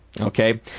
Okay